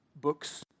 books